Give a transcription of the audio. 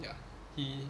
ya he